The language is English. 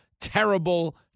terrible